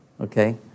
okay